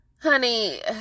honey